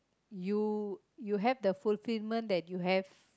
you you have the fulfilment that you have